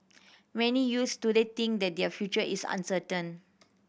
many youths today think that their future is uncertain